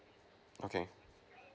okay